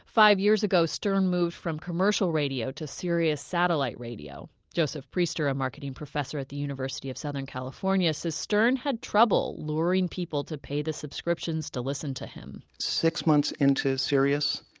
five years ago, stern moved from commercial radio to sirius satellite radio joseph priester, a marketing professor at the university of southern california, says stern has had trouble luring people to pay the subscriptions to listen to him six months into sirius,